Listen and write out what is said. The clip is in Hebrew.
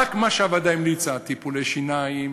רק מה שהוועדה המליצה: טיפולי שיניים